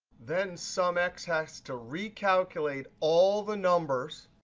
then sumx has to recalculate all the numbers,